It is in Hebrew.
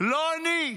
לא אני,